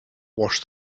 wash